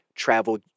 travel